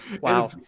Wow